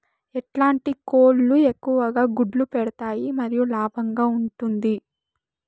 ఎట్లాంటి కోళ్ళు ఎక్కువగా గుడ్లు పెడతాయి మరియు లాభంగా ఉంటుంది?